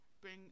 bring